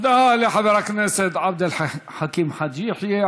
תודה לחבר הכנסת עבד אל חכים חאג' יחיא.